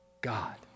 God